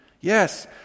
Yes